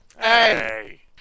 Hey